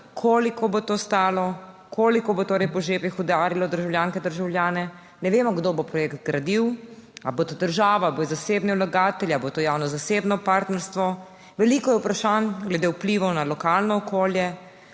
koliko bo to stalo, koliko bo torej po žepih udarilo državljanke in državljane Ne vemo kdo bo projekt gradil, ali bo to država, bo zasebni vlagatelji ali bo to javno zasebno partnerstvo. Veliko je vprašanj glede vplivov na lokalno okolje.